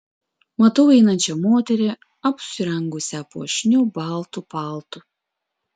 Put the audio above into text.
matau einančią moterį apsirengusią puošniu baltu paltu